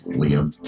Liam